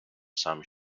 some